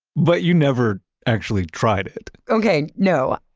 but you never actually tried it okay, no.